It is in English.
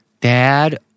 Dad